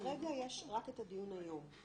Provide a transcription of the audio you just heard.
כרגע יש רק את הדיון היום.